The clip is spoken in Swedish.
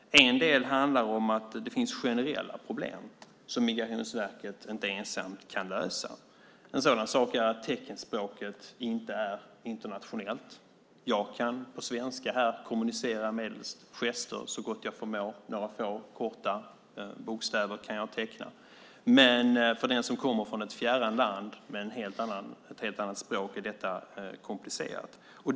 En del handlar om att det finns generella problem som Migrationsverket inte ensamt kan lösa. En sådan sak är att teckenspråket inte är internationellt. Jag kan på svenska här kommunicera medels gester så gott jag förmår. Några få bokstäver kan jag teckna. Men för den som kommer från ett fjärran land med ett helt annat språk är detta komplicerat.